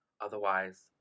Otherwise